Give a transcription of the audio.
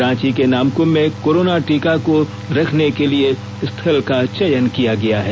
रांची के नामकम में कोरोना टीका को रखने के लिए स्थल का चयन किया गया है